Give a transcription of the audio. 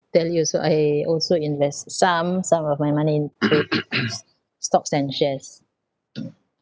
tell you also I also invest some some of my money into s~ stocks and shares